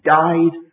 died